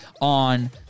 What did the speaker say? On